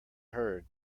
heard